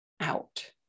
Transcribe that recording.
out